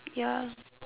ya